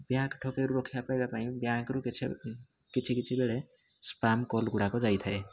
bank ଠକେଇରୁ ରକ୍ଷା ପାଇବା ପାଇଁ ବ୍ୟାଙ୍କ୍ ରୁ କିଛି କିଛି କିଛି ବେଳେ ସ୍ପାମ୍ କଲ୍ ଗୁଡ଼ାକ ଯାଇଥାଏ